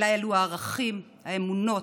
אלא אלו הערכים, האמונות,